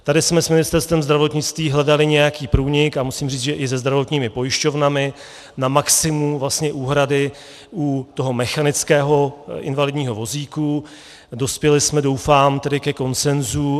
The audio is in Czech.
Tady jsme s Ministerstvem zdravotnictví hledali nějaký průnik, a musím říct, že i se zdravotními pojišťovnami, na maximum úhrady u toho mechanického invalidního vozíku a dospěli jsme, doufám, ke konsenzu.